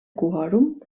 quòrum